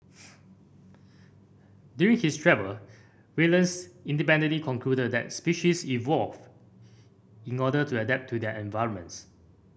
during his travel Wallace independently concluded that species evolve in order to adapt to their environments